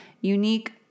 unique